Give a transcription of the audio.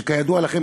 שכידוע לכם,